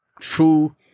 true